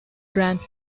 grand